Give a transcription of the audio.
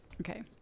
Okay